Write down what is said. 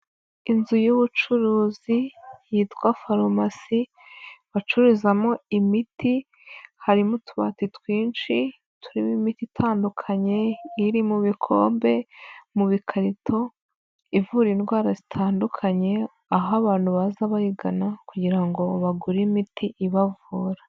Inzu y'ubucuruzi yitwa farumasi bacururizamo imiti, harimo utubati twinshi turimo imiti itandukanye, iri mu bikombe, mu bikarito, ivura indwara zitandukanye, aho abantu baza bayigana kugira ngo bagure imiti ibavura.